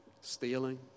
stealing